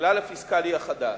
הכלל הפיסקלי החדש,